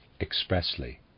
expressly